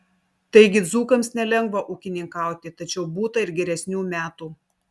taigi dzūkams nelengva ūkininkauti tačiau būta ir geresnių metų